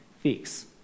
fix